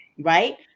right